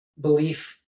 belief